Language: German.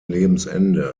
lebensende